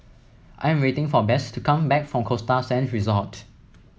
I am waiting for Besse to come back from Costa Sands Resort